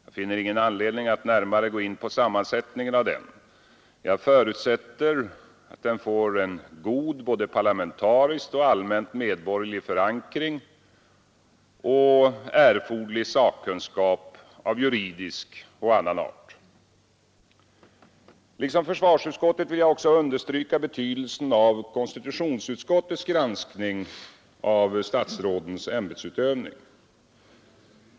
Jag har ingen anledning att gå närmare in på sammansättningen av denna. Jag förutsätter att den får en god både parlamentarisk och allmänt medborgerlig förankring samt erforderlig sakkunskap av juridisk och annan art. Liksom försvarsutskottet vill jag också understryka betydelsen av konstitutionsutskottets granskning av statsrådens ämbetsutövning.